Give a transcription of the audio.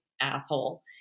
asshole